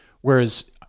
Whereas